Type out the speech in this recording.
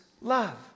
love